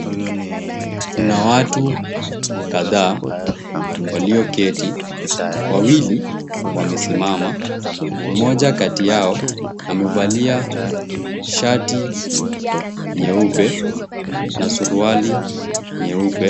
Kuna watu kadhaa walioketi, wawili wamesimama. Mmoja kati yao amevalia shati nyeupe na suruali nyeupe.